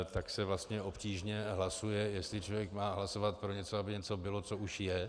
Tak se vlastně obtížně hlasuje, jestli člověk má hlasovat pro něco, aby něco bylo, co už je.